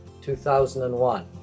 2001